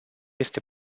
este